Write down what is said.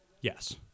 Yes